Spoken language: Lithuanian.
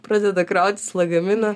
pradeda krautis lagaminą